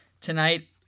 Tonight